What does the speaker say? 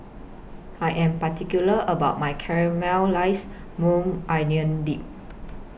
I Am particular about My Caramelized Maui Onion Dip